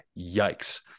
yikes